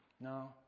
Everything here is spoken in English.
No